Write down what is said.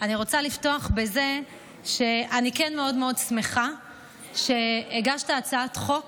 אני רוצה לפתוח בזה שאני כן מאוד מאוד שמחה שהגשת הצעת חוק